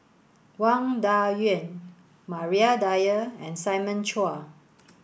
Wang Dayuan Maria Dyer and Simon Chua